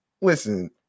listen